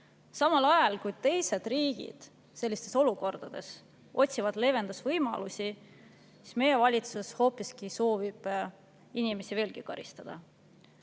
Samal ajal kui teised riigid sellistes olukordades otsivad leevendusvõimalusi, soovib meie valitsus inimesi veelgi karistada.